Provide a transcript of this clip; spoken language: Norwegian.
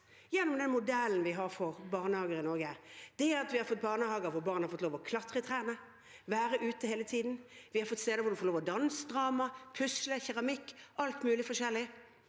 gjennom den modellen vi har for barnehager i Norge, er at vi har fått barnehager hvor barn har fått lov til å klatre i trærne, være ute hele tiden. Vi har fått steder hvor de får lov til å ha dans og drama, pusle og drive med keramikk – alt mulig forskjellig.